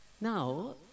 Now